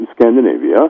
Scandinavia